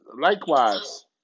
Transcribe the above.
Likewise